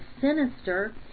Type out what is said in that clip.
sinister